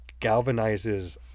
galvanizes